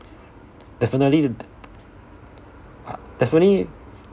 definitely uh definitely